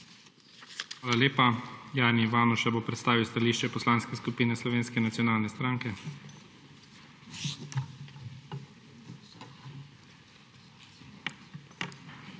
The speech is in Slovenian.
Hvala lepa. Jani Ivanuša bo predstavil stališče Poslanske skupine Slovenske nacionalne stranke. **JANI